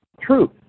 truth